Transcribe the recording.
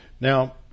Now